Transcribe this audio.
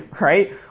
right